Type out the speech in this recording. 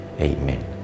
Amen